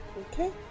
Okay